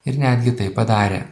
ir netgi tai padarė